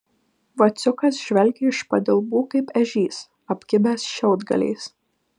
vaciukas žvelgė iš padilbų kaip ežys apkibęs šiaudgaliais